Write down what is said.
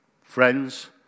friends